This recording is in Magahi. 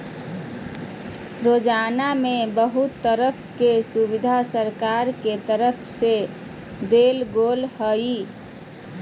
योजना में बहुत तरह के सुविधा सरकार के तरफ से देल गेल हइ